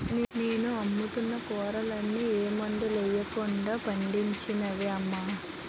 నేను అమ్ముతున్న కూరలన్నీ ఏ మందులెయ్యకుండా పండించినవే అమ్మా